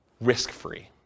risk-free